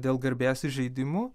dėl garbės įžeidimų